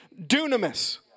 dunamis